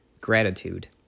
Gratitude